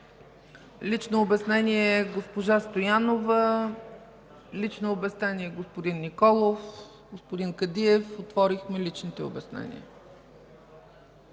Лично обяснение – госпожа Стоянова, господин Николов, господин Кадиев. Отворихме личните обяснения.